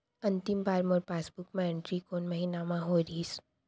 अंतिम बार मोर पासबुक मा एंट्री कोन महीना म होय रहिस?